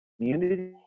community